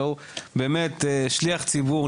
באמת שליח ציבור,